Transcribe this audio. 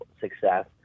success